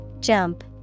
Jump